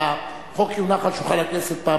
והחוק יונח על שולחן הכנסת,